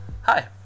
hi